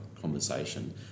conversation